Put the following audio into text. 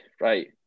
right